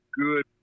good